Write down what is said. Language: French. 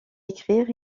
écrire